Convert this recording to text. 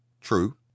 true